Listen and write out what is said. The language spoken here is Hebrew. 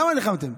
למה נלחמתם?